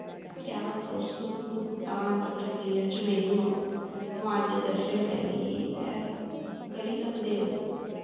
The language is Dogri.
क्या तुस भुगतान प्रक्रिया च मेरी मार्गदर्शन करियै करी सकदे ओ